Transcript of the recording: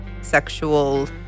sexual